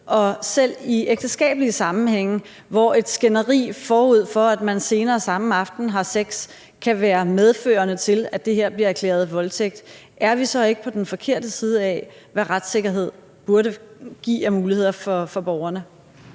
det selv i ægteskabelige sammenhænge kan betyde, at et skænderi forud for, at man senere samme aften har sex, kan medføre, at det her bliver erklæret for en voldtægt? Er vi så ikke på den forkerte side af, hvad retssikkerheden burde give af muligheder for borgerne?